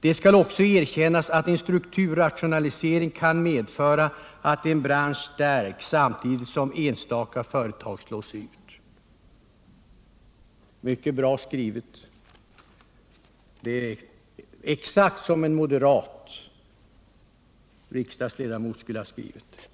Det skall också erkännas att en strukturrationalisering kan medföra att en bransch stärks samtidigt som enstaka företag slås ut.” Mycket bra skrivet! Det är exakt så som en moderat riksdagsledamot skulle ha skrivit,